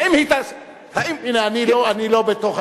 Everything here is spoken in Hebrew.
האם, אני לא בטוח.